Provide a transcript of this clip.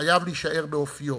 חייב להישאר באופיו,